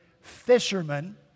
fisherman